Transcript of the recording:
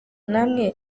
namwe